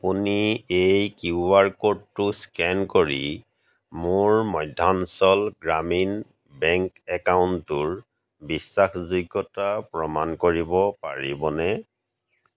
আপুনি এই Q R ক'ডটো স্কেন কৰি মোৰ মধ্যাঞ্চল গ্ৰামীণ বেংক একাউণ্টটোৰ বিশ্বাসযোগ্যতা প্ৰমাণ কৰিব পাৰিবনে